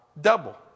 double